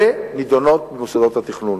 אלה נידונות במוסדות התכנון.